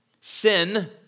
Sin